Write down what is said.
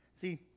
See